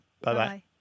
Bye-bye